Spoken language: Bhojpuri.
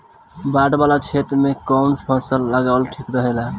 बाढ़ वाला क्षेत्र में कउन फसल लगावल ठिक रहेला?